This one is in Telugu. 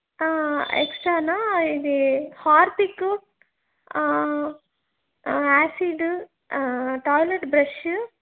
ఎక్స్ట్రానా ఇది హార్పిక్కు యాసిడు టాయిలెట్ బ్రష్షు